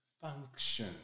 function